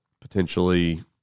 potentially